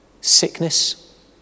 Sickness